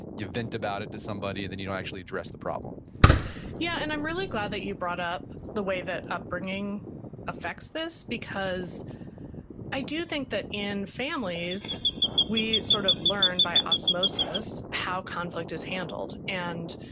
you vent about it to somebody and then you don't actually address the problem yeah. and i'm really glad that you brought up the way that upbringing affects this, because i do think that in families we sort of learn by osmosis how conflict is handled. and